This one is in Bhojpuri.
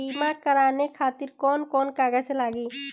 बीमा कराने खातिर कौन कौन कागज लागी?